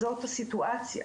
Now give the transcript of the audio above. זאת הסיטואציה,